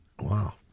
Wow